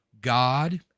God